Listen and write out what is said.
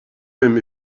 même